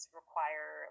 require